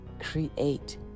create